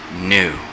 new